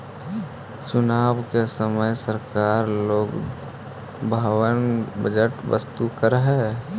चुनाव के समय सरकार लोकलुभावन बजट प्रस्तुत करऽ हई